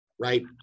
right